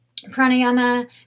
pranayama